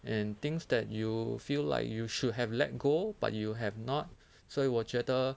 and things that you feel like you should have let go but you have not 所以我觉得